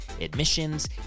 admissions